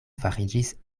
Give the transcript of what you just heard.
fariĝis